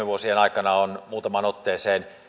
vuosien aikana on muutamaan otteeseen